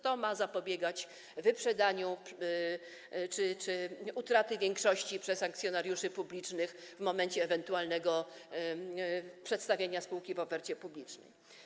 To ma zapobiegać wyprzedaniu czy utracie większości przez akcjonariuszy publicznych w momencie ewentualnego przedstawienia spółki w ofercie publicznej.